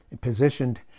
positioned